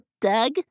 Doug